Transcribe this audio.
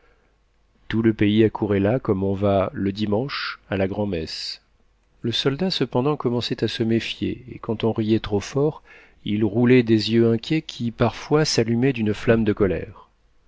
tout le pays accourait là comme on va le dimanche à la grand'messe le soldat cependant commençait à se méfier et quand on riait trop fort il roulait des yeux inquiets qui parfois s'allumaient d'une flamme de colère